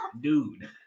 Dude